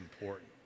important